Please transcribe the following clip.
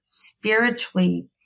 spiritually